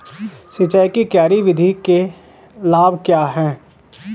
सिंचाई की क्यारी विधि के लाभ क्या हैं?